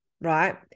right